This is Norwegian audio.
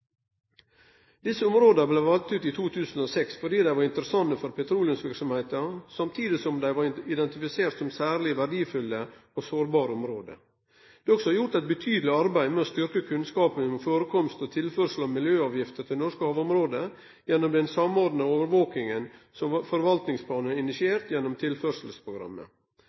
Desse områda blei valde ut i 2006 fordi dei var interessante for petroleumsverksemda, samtidig som dei var identifiserte som særleg verdfulle og sårbare område. Det er også gjort eit betydeleg arbeid med å styrkje kunnskapen om førekomst og tilførsel av miljøavgifter til norske havområde, gjennom den samordna overvakinga som forvaltningsplanen har initiert gjennom Tilførselsprogrammet.